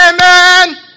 Amen